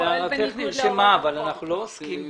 הערתך נרשמה אבל אנחנו לא עוסקים בזה.